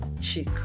chick